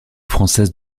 française